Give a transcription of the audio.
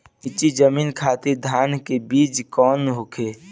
नीची जमीन खातिर धान के बीज कौन होखे?